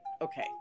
Okay